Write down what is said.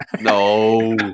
No